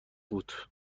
بود